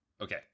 Okay